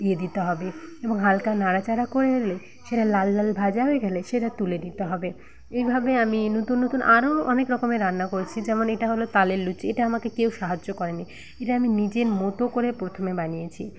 দিয়ে দিতে হবে এবং হালকা নাড়াচাড়া করে নিলে সেটা লাল লাল ভাজা হয়ে গেলে সেটা তুলে দিতে হবে এইভাবে আমি নতুন নতুন আরও অনেক রকমের রান্না করেছি যেমন এটা হল তালের লুচি এটা আমাকে কেউ সাহায্য করেনি এটা আমি নিজের মতো করে প্রথমে বানিয়েছি